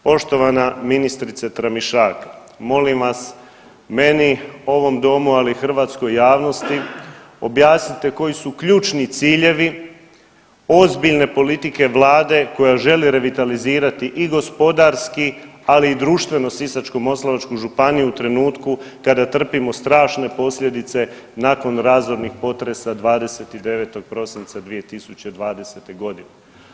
Poštovana ministrice Tramišak molim vas meni, ovom Domu ali i hrvatskoj javnosti objasnite koji su ključni ciljevi ozbiljne politike Vlade koja želi revitalizirati i gospodarski ali i društveno Sisačko-moslavačku županiju u trenutku kada trpimo strašne posljedice nakon razornog potresa 29. prosinca 2020. godine.